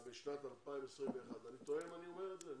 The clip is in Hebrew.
בשנת 2021. אני טועה אם אני אומר את זה?